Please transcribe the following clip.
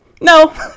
No